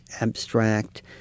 abstract